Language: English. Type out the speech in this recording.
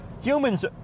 Humans